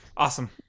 Awesome